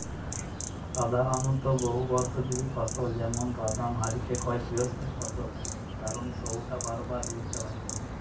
সাধারণত বহুবর্ষজীবী ফসল যেমন বাদাম হারিকে কয় চিরস্থায়ী ফসল কারণ সউটা বারবার রুইতে হয়নি